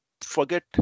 forget